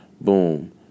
boom